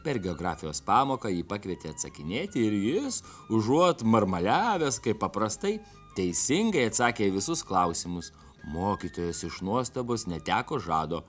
per geografijos pamoką jį pakvietė atsakinėti ir jis užuot marmaliavęs kaip paprastai teisingai atsakė į visus klausimus mokytojas iš nuostabos neteko žado